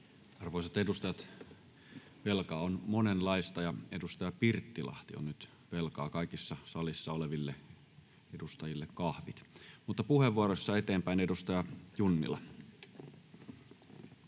Arvoisat edustajat, velkaa on monenlaista, ja edustaja Pirttilahti on nyt velkaa kaikille salissa oleville edustajille kahvit. — Mutta puheenvuoroissa eteenpäin, edustaja Junnila.